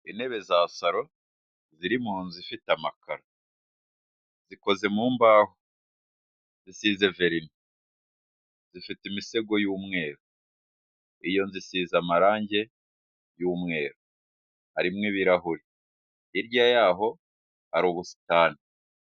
Intebe za salo ziri mu nzu ifite amakaro, zikoze mu mbaho, zisize verini, zifite imisego y'umweru. Iyo nzu isize amarange y'umweru, harimo ibirahuri. Hirya yaho hari ubusitani.